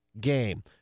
game